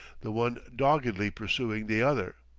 the one doggedly pursuing the other.